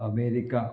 America